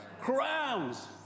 crowns